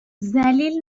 ذلیل